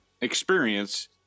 experience